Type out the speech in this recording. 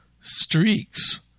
streaks